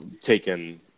taken